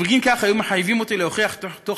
ובגין כך היו מחייבים אותי להוכיח בתוך